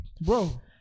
bro